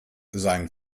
sein